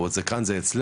וזה עוד כאן וזה אצלנו.